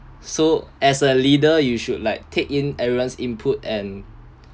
so as a leader you should like take in everyone's input and